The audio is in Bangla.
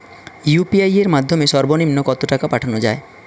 ইউ.পি.আই এর মাধ্যমে সর্ব নিম্ন কত টাকা পাঠানো য়ায়?